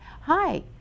Hi